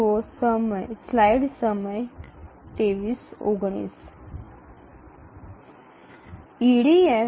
EDF এ এটি সর্বোত্তম অ্যালগরিদম হিসাবে পরিচিত